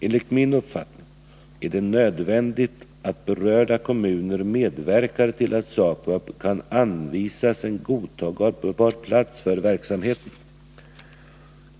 Enligt min uppfattning är det nödvändigt att berörda kommuner medverkar till att SAKAB kan anvisas en godtagbar plats för verksamheten.